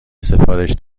سفارش